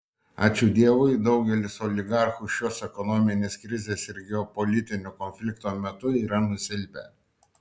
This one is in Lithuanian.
ačiū dievui daugelis oligarchų šios ekonominės krizės ir geopolitinio konflikto metų yra nusilpę